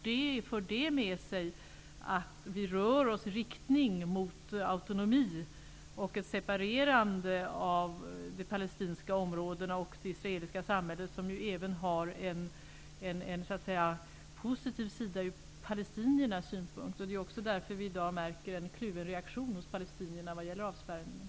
Det för med sig att vi rör oss i riktning mot autonomi och ett separerande av de palestinska områdena och det israeliska samhället. Det här har en positiv sida ur palestiniernas synvinkel. Det är också därför vi i dag märker en kluven reaktion hos palestinierna vad gäller avspärrningen.